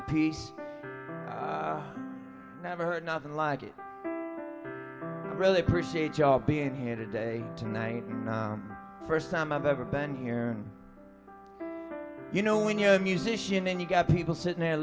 apiece never heard nothing like it really appreciate job being here today tonight first time i've ever been here and you know when you're a musician and you've got people sitting there